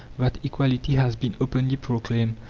that equality has been openly proclaimed,